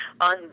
on